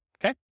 okay